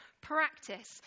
Practice